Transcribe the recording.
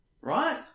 Right